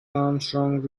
armstrong